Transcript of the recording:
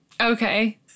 Okay